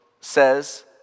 says